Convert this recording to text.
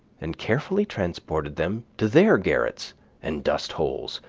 and carefully transported them to their garrets and dust holes,